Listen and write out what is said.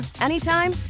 anytime